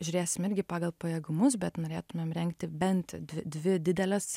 žiūrėsim irgi pagal pajėgumus bet norėtumėm rengti bent dvi dvi dideles